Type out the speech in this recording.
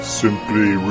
simply